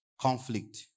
conflict